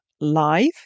live